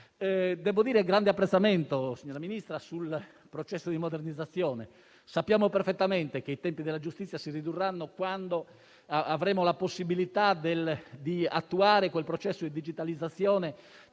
esprimo grande apprezzamento sul processo di modernizzazione. Sappiamo perfettamente che i tempi della giustizia si ridurranno quando avremo la possibilità di attuare quel processo di digitalizzazione